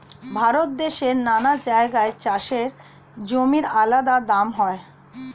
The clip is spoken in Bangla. ভারত দেশের নানা জায়গায় চাষের জমির আলাদা দাম হয়